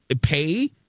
pay